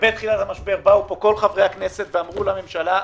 ובתחילת המשבר באו פה כל חברי הכנסת ואמרו לממשלה: